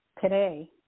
today